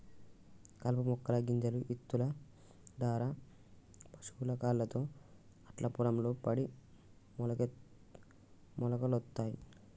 కలుపు మొక్కల గింజలు ఇత్తుల దారా పశువుల కాళ్లతో అట్లా పొలం లో పడి మొలకలొత్తయ్